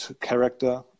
character